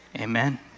Amen